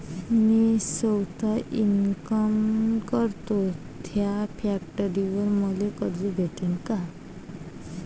मी सौता इनकाम करतो थ्या फॅक्टरीवर मले कर्ज भेटन का?